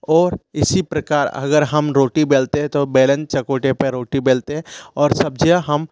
और इसी प्रकार अगर हम रोटी बेलते हैं तो बेलन चकोटे पे रोटी बेलते हैं और सब्जियां हम